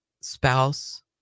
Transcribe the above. spouse